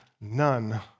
none